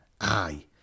I